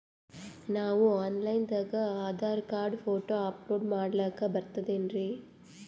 ನಾವು online ದಾಗ Aadhaar card, photo upload ಮಾಡ್ಲಕ ಬರ್ತದೇನ್ರಿ?